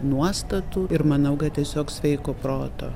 nuostatų ir manau kad tiesiog sveiko proto